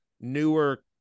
newer